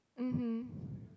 mmhmm